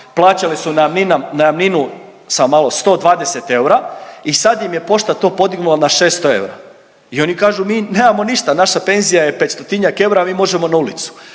plaćale su najamninu samo malo 120 eura i sad im je pošta to podignula na 600 eura i oni kažu mi nemamo ništa, naša penzija je 500-tinjak eura, mi možemo na ulicu.